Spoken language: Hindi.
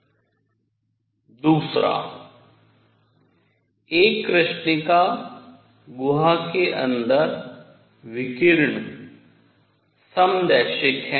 दूसरा संख्या 2 एक कृष्णिका गुहा के अंदर विकिरण समदेशिक है